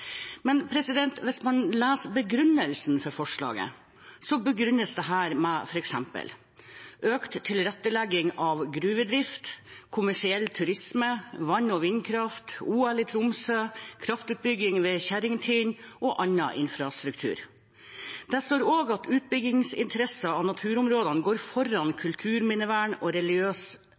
hvis man leser bakgrunnen for forslaget, begrunnes dette med f.eks. økt tilrettelegging av gruvedrift, kommersiell turisme, vann- og vindkraft, OL i Tromsø, kraftutbygging ved Kjerringtinden og annen infrastruktur. Det står også at utbyggingsinteresser i naturområder går foran kulturminnevern og religiøse